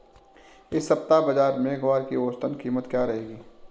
इस सप्ताह बाज़ार में ग्वार की औसतन कीमत क्या रहेगी?